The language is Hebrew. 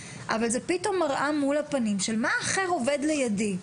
אבל זה פתאום מראה מול הפנים של מה האחר עובר לידי.